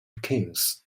kings